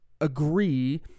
agree